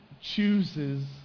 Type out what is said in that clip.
chooses